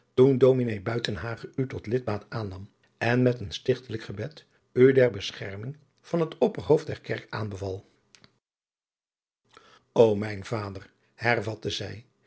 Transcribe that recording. buitenhagen u tot lidmaat aannam en met een stichtelijk gebed u der bescherming van het opperhoofd der kerke aanbeval ô mijn vader hervatte zij